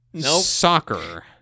Soccer